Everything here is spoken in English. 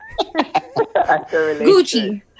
gucci